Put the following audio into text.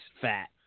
fat